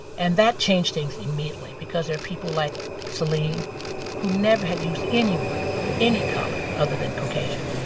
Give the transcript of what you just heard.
and that changed things immediately because there are people like celine who never had used anyone of any color other than caucasian.